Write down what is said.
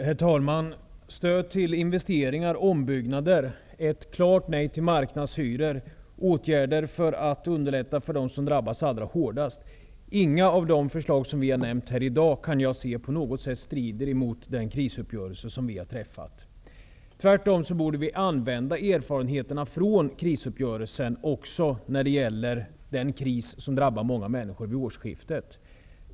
Herr talman! Stöd till investeringar och ombyggnader innebär ett klart nej till marknadshyror. Det handlar ju om åtgärder för att underlätta för dem som drabbas allra hårdast. Inte något av de förslag som vi har fört fram här i dag strider på något sätt, som jag ser saken, mot den krisuppgörelse som träffats. Tvärtom borde vi använda erfarenheterna från krisuppgörelsen också när det gäller den kris som vid årsskiftet drabbar många människor.